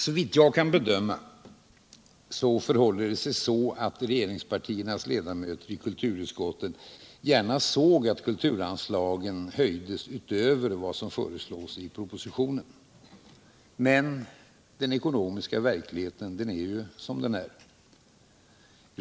Såvitt jag kan bedöma förhåller det sig så att regeringspartiernas ledamöter i kulturutskottet gärna såg att kulturanstlagen höjdes utöver vad som föreslås i propositionen. Men den ekonomiska verkligheten är som den är.